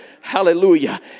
Hallelujah